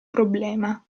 problema